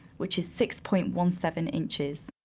which is six point one seven inches.